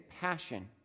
passion